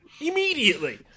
immediately